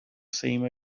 same